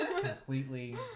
Completely